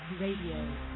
Radio